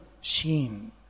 sheen